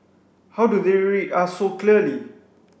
how do they read us so clearly